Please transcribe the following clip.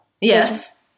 yes